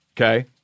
okay